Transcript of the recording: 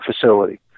facility